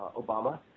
Obama